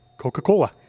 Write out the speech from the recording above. Coca-Cola